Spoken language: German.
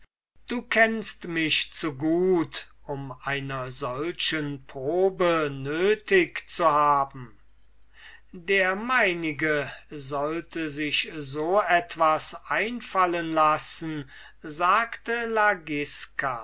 du kennst mich zu gut um einer solchen probe nötig zu haben der meinige sollte sich so etwas einfallen lassen sagte